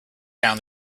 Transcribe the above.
down